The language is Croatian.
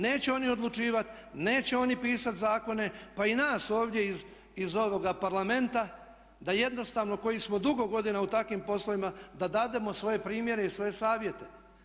Neće oni odlučivati, neće oni pisati zakone pa i nas ovdje iz ovog Parlamenta da jednostavno koji smo dugo godina u takvim poslovima da dademo svoje primjere i svoje savjete.